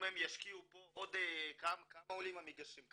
אם הם ישקיעו פה, כמה עולים התזונאים,